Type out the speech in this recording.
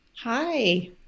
Hi